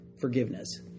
forgiveness